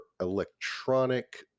electronic